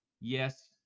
yes